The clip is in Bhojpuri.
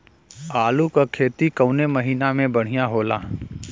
आलू क खेती कवने महीना में बढ़ियां होला?